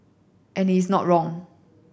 and he is not wrong